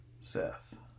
Seth